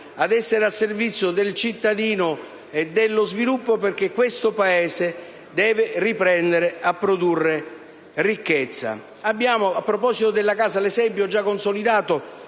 ad essere al servizio del cittadino e dello sviluppo, perché questo Paese deve riprendere a produrre ricchezza. A proposito della casa, abbiamo l'esempio, già consolidato